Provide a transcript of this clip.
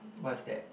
what is that